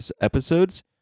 episodes